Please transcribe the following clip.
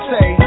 Say